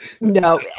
No